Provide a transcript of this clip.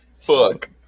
fuck